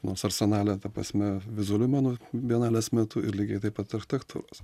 nors arsenale ta prasme vizualių menų bienalės metu ir lygiai taip pat architektūros